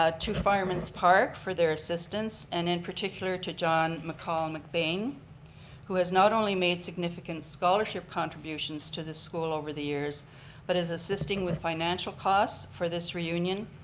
ah to fireman's park for their assistance, assistance, and in particular to john mccall and mcbain who has not only made significant scholarship contributions to the school over the years but is assisting with financial costs for this reunion,